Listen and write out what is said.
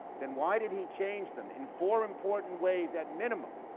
then why did he change them in four important ways at minimum?